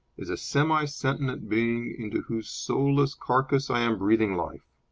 is a semi-sentient being into whose soulless carcass i am breathing life.